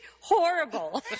horrible